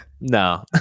no